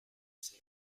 say